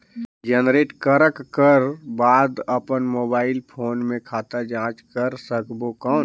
Generate करक कर बाद अपन मोबाइल फोन मे खाता जांच कर सकबो कौन?